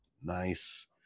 Nice